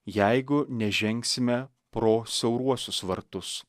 jeigu nežengsime pro siauruosius vartus